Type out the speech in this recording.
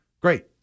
Great